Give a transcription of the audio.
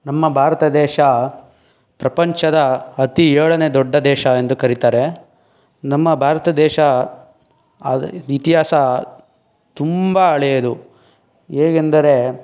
ನಮ್ಮ ಭಾರತ ದೇಶ ಪ್ರಪಂಚದ ಅತಿ ಏಳನೇ ದೊಡ್ಡ ದೇಶ ಎಂದು ಕರೀತಾರೆ ನಮ್ಮ ಭಾರತ ದೇಶ ಅದು ಇತಿಹಾಸ ತುಂಬ ಹಳೆಯದು ಹೇಗೆಂದರೆ